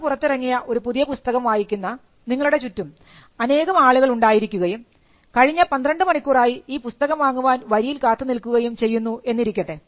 അന്ന് പുറത്തിറങ്ങിയ ഒരു പുതിയ പുസ്തകം വായിക്കുന്ന നിങ്ങളുടെ ചുറ്റും അനേകം ആളുകൾ ഉണ്ടായിരിക്കുകയും കഴിഞ്ഞ 12 മണിക്കൂറായി ഈ പുസ്തകം വാങ്ങുവാൻ വരിയിൽ കാത്തു നിൽക്കുകയും ചെയ്യുന്നു എന്നിരിക്കട്ടെ